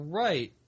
right